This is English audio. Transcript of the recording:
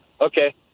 okay